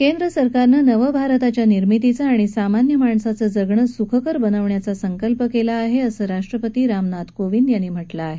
केंद्र सरकारनं नवभारताच्या निर्मितीचा आणि सामान्य माणसाचं जगणं सुखकर बनवण्याचा संकल्प केला आहे असं राष्ट्रपती रामनाथ कोविंद यांनी म्हटलं आहे